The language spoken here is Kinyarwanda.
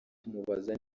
tumubaza